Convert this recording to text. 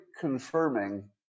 confirming